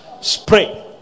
Spray